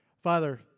Father